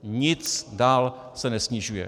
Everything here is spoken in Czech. Nic dál se nesnižuje.